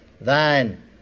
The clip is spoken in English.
thine